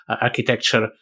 architecture